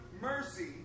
mercy